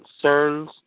concerns